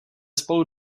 spolu